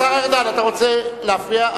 השר ארדן, אתה רוצה להפריע?